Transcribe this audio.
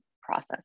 process